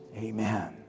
Amen